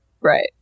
Right